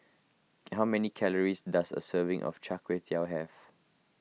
how many calories does a serving of Chai Kuay Tow have